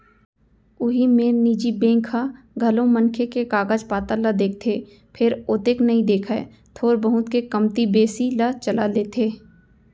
उही मेर निजी बेंक ह घलौ मनखे के कागज पातर ल देखथे फेर ओतेक नइ देखय थोर बहुत के कमती बेसी ल चला लेथे